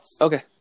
Okay